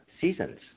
seasons